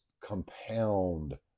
compound